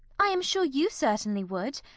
i am sure you certainly would.